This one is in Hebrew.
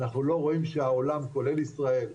אנחנו לא רואים שהעולם כולל ישראל,